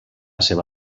seva